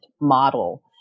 model